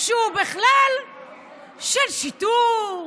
שהוא בכלל של שיטור,